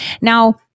Now